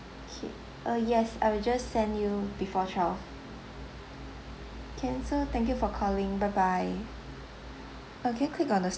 K uh yes I'll just send you before twelve can so thank you for calling bye bye uh can you click on the s~